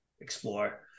explore